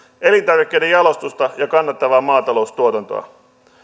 elintarvikkeiden jalostusta ja kannattavaa maataloustuotantoa